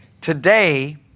Today